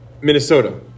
minnesota